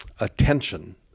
attention